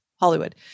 Hollywood